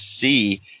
see